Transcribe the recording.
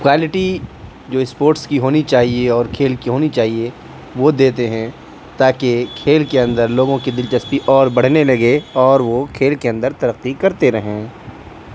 quality جو sports کی ہونی چاہیے اور کھیل کی ہونی چاہیے وہ دیتے ہیں تاکہ کھیل کے اندر لوگوں کی دلچسپی اور بڑھنے لگے اور وہ کھیل کے اندر ترقی کرتے رہیں